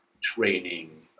training